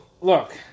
look